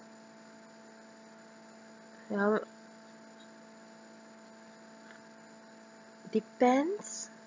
ya depends